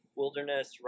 wilderness